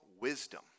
wisdom